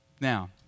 Now